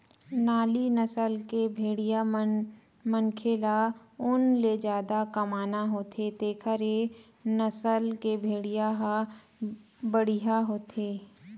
नाली नसल के भेड़िया मनखे ल ऊन ले जादा कमाना होथे तेखर ए नसल के भेड़िया ह बड़िहा होथे